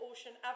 Ocean